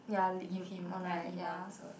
give him